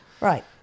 Right